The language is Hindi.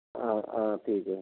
हाँ हाँ ठीक है